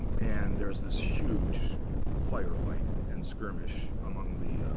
um and there is this huge firefight and skirmish among the